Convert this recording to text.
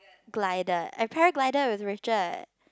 glider a parry glider with Richard